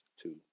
two